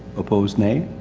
opposed, nay.